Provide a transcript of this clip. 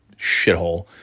shithole